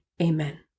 Amen